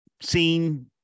seen